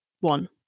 one